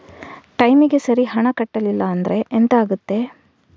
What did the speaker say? ಟೈಮಿಗೆ ಸರಿ ಹಣ ಕಟ್ಟಲಿಲ್ಲ ಅಂದ್ರೆ ಎಂಥ ಆಗುತ್ತೆ?